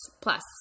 Plus